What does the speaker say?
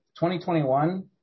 2021